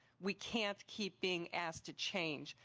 we can't keep being asked to change.